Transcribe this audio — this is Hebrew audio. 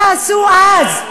מה תעשו אז?